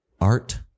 art